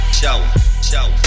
show